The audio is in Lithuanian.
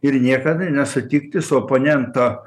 ir niekada nesutikti su oponento